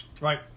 Right